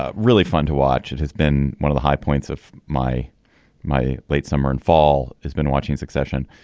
ah really fun to watch. it has been one of the high points of my my late summer and fall has been watching succession.